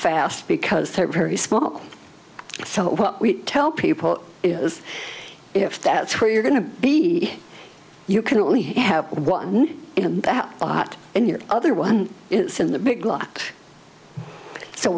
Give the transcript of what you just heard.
fast because third very small so what we tell people is if that's where you're going to be you can only have one in that lot in your other one it's in the big block so